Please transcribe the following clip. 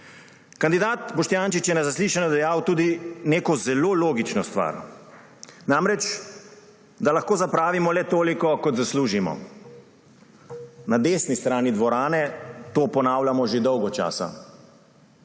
Kandidat Boštjančič je na zaslišanju dejal tudi neko zelo logično stvar, namreč da lahko zapravimo le toliko, kot zaslužimo. Na desni strani dvorane to ponavljamo že dolgo časa